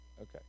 Okay